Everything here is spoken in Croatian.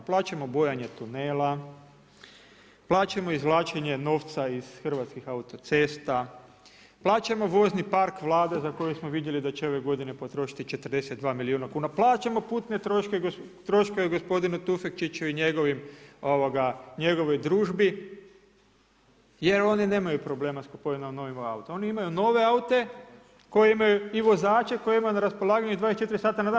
Plaćamo bojanje tunela, plaćamo izvlačenje novca iz Hrvatskih autocesta, plaćamo vozni park Vlade za koje smo vidjeli da će ove godine potrošiti 42 milijuna kuna, plaćamo putne troškove gospodinu Tufekčiću i njegovoj družbi jer oni nemaju problema s kupovinom novih auta, oni imaju nove aute koji imaju i vozače koji imaju i vozače koje imaju na raspolaganju i 24 sata na dan.